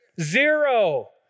Zero